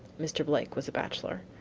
mr. blake was a bachelor.